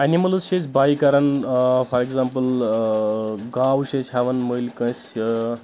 animals چھِ أسۍ باے کران فار ایگزامپٕل گاو چھِ أسۍ ہیٚوان مٔلۍ کٲنسہِ